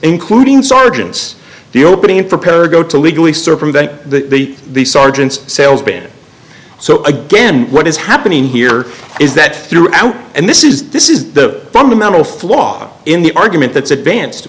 including sergeants the opening for go to legally circumvent the sergeant's sales ban so again what is happening here is that throughout and this is this is the fundamental flaw in the argument that's advance